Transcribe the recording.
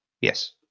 Yes